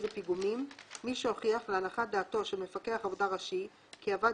לפיגומים" מי שהוכיח להנחת דעתו של מפקח עבודה ראשי כי עבד